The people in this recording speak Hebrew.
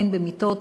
הן במיטות,